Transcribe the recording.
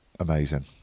Amazing